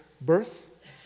birth